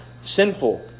sinful